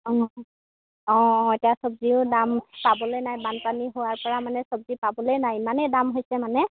অঁ অঁ এতিয়া চব্জিও দাম পাবলৈ নাই বানপানী হোৱাৰ পৰা মানে চব্জি পাবলৈয়ে নাই ইমানেই দাম হৈছে মানে